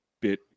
bit